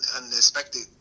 unexpected